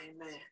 Amen